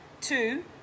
Two